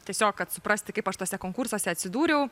tiesiog kad suprasti kaip aš tuose konkursuose atsidūriau